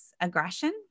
aggression